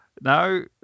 no